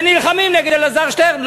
ונלחמים נגד אלעזר שטרן.